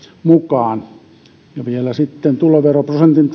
mukaan ja vielä sitten tuloveroprosentin